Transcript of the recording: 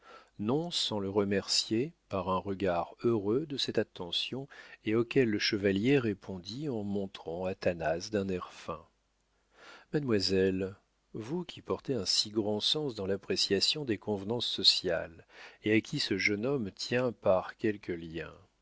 non sans le remercier par un regard heureux de cette attention et auquel le chevalier répondit en montrant athanase d'un air fin mademoiselle vous qui portez un si grand sens dans l'appréciation des convenances sociales et à qui ce jeune homme tient par quelques